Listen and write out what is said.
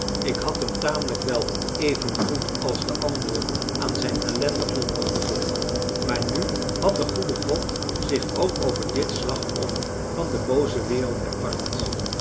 ik had hem tamelijk wel even goed als de anderen aan zijn ellendig lot overgelaten maar nu had de goede god zich ook over dit slachtoffer van de booze wereld